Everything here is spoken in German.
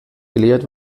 gelehrt